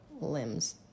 limbs